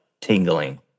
tingling